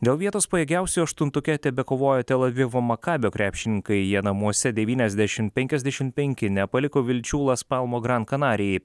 dėl vietos pajėgiausiųjų aštuntuke tebekovoja tel avivo makabio krepšininkai jie namuose devyniasdešim penkiasdešim penki nepaliko vilčių las palmo gran kanarijai